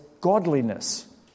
godliness